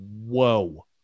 whoa